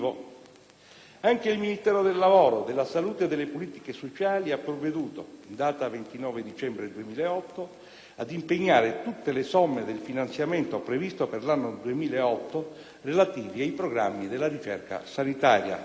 Anche il Ministero del lavoro, della salute e delle politiche sociali ha provveduto, in data 29 dicembre 2008, ad impegnare tutte le somme del finanziamento previsto per l'anno 2008, relative ai programmi della ricerca sanitaria.